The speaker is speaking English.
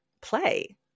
play